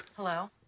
Hello